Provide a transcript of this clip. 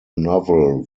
novel